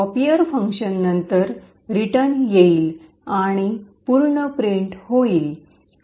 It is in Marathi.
कॉपियर फंक्शन नंतर रिटर्न येईल आणि "पूर्ण" प्रिंट होईल